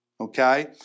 Okay